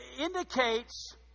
indicates